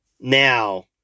Now